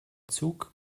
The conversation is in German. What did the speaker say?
zug